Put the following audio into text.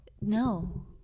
No